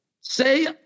Say